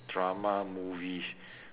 drama movies